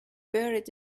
buried